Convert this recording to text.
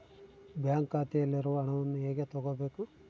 Bank ಖಾತೆಯಲ್ಲಿರುವ ಹಣವನ್ನು ಹೇಗೆ ತಗೋಬೇಕು?